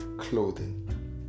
clothing